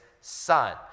son